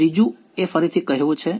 ત્રીજું એ ફરીથી કહેવું છે